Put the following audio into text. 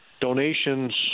donations